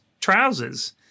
trousers